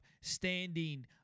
standing